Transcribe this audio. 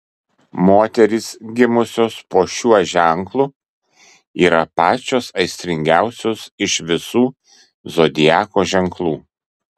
moterys gimusios po šiuo ženklu yra pačios aistringiausios iš visų zodiako ženklų